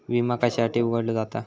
विमा कशासाठी उघडलो जाता?